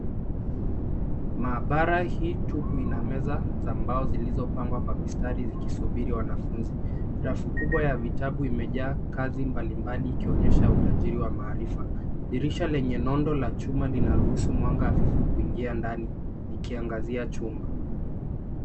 Maabara hii tupu ina meza za mbao zilizo pangwa kwa mistari zikisubiri wanafunzi. Rafu kubwa ya vitabu vimejaa kazi mbali mbali ikionyesha utajiri wa maarifa. Dirisha lenye nondo ya chuma lina ruhusu mwanga hafifu kuingia ndani ikiangazia chumba.